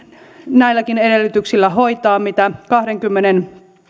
näilläkin edellytyksillä hoitaa mitä kahdenkymmenen